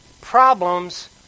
problems